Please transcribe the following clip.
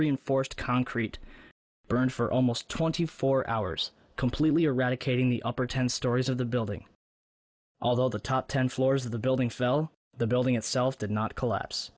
reinforced concrete burned for almost twenty four hours completely eradicating the upper ten stories of the building although the top ten floors of the building fell the building itself did not collapse